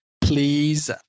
please